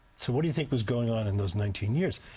so what do you think was going on in those nineteen years?